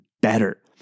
better